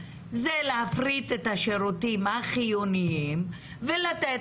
זה להפריט את השירותים החיוניים ולתת